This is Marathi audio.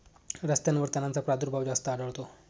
रस्त्यांवर तणांचा प्रादुर्भाव जास्त आढळतो